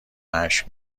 اشک